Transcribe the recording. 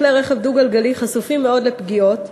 הרוכבים בכלי רכב דו-גלגלי חשופים מאוד לפגיעות,